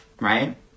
right